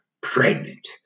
pregnant